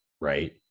Right